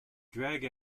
drag